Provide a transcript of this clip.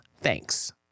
Thanks